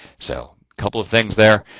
so, a couple of things there.